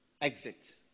exit